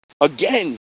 again